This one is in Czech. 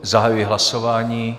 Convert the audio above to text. Zahajuji hlasování.